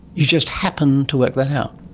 you just happened to work that out?